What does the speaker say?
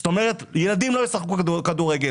זאת אומרת שהילדים לא יוכלו לשחק כדורגל,